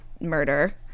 murder